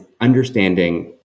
understanding